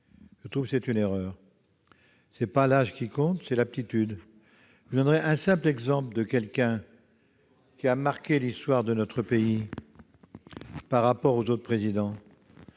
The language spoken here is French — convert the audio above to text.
est plus âgé, c'est une erreur. Ce n'est pas l'âge qui compte, mais l'aptitude. Je veux prendre comme simple exemple une figure qui a marqué l'histoire de notre pays, par rapport aux autres présidents